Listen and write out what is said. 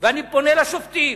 ואני פונה לשופטים.